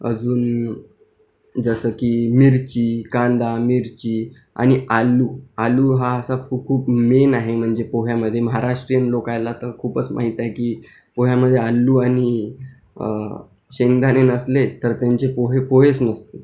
अजून जसं की मिरची कांदा मिरची आणि आलू आलू हा असा खूप खूप मेन आहे म्हणजे पोह्यामध्ये महाराष्ट्रीयन लोकायला तर खूपच माहीत आहे की पोह्यामध्ये आलू आणि शेंगदाणे नसले तर त्यांचे पोहे पोहेच नसते